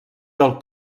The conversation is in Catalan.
del